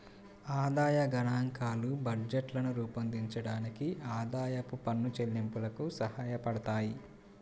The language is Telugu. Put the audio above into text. ఆదాయ గణాంకాలు బడ్జెట్లను రూపొందించడానికి, ఆదాయపు పన్ను చెల్లింపులకు సహాయపడతాయి